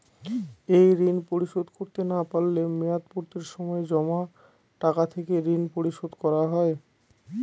এই ঋণ পরিশোধ করতে না পারলে মেয়াদপূর্তির সময় জমা টাকা থেকে ঋণ পরিশোধ করা হয়?